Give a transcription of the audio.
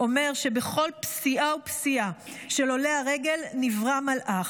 אומר שבכל פסיעה ופסיעה של עולי הרגל נברא מלאך,